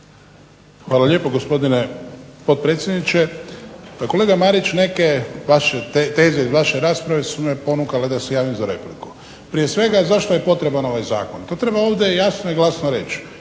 Hvala lijepo gospodine potpredsjedniče. Pa kolega Marić neke vaše teze iz vaše rasprave su me ponukale da se javim za repliku. Prije svega zašto je potreban ovaj zakon. To treba ovdje jasno i glasno reći,